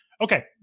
Okay